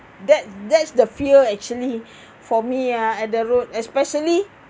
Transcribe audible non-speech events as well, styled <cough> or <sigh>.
that that's the fear actually <breath> for me ah at the road especially